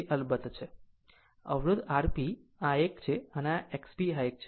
એક અલબત્ત છે અવરોધ RP આ એક અને XP આ એક છે